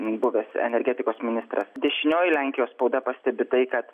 buvęs energetikos ministras dešinioji lenkijos spauda pastebi tai kad